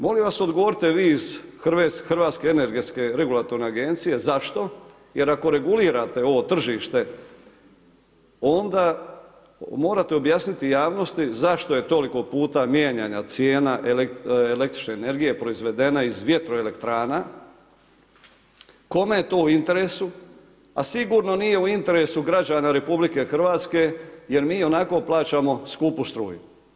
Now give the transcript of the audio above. Molim vas odgovorite vi iz Hrvatske energetske regulatorne agencije zašto jer ako regulirate ovo tržište, onda morate objasniti javnosti zašto je toliko puta mijenjana cijena električne energije proizvedene iz vjetroelektrana, koje je to u interesu, a sigurno nije u interesu građana RH jer mi ionako plaćamo skupu struju.